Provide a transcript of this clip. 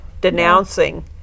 denouncing